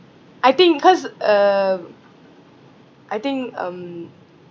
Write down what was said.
I think cause uh I think um